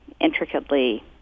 intricately